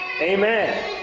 Amen